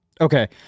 Okay